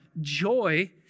joy